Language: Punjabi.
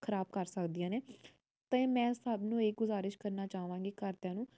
ਖਰਾਬ ਕਰ ਸਕਦੀਆਂ ਨੇ ਅਤੇ ਮੈਂ ਸਭ ਨੂੰ ਇਹ ਗੁਜ਼ਾਰਿਸ਼ ਕਰਨਾ ਚਾਹਵਾਂਗੀ ਘਰਦਿਆਂ ਨੂੰ